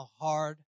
hard